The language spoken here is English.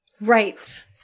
right